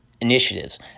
initiatives